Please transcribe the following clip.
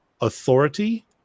authority